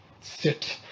sit